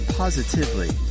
positively